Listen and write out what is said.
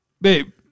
Babe